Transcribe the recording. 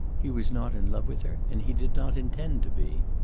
he was not in love with her and he did not intend to be.